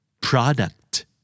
Product